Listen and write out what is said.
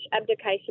abdication